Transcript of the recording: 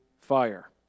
fire